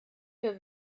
für